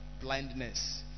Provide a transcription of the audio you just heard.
blindness